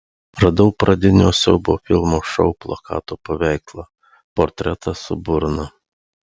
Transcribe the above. radau pradinio siaubo filmo šou plakato paveikslą portretą su burna